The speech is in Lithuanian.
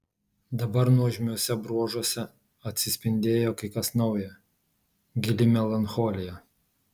dabar nuožmiuose bruožuose atsispindėjo kai kas nauja gili melancholija